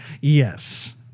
Yes